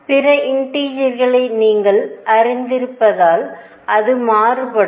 பிற இண்டீஜர்களை நீங்கள் அறிந்திருப்பதால் அது மாறுபடும்